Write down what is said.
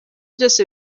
byose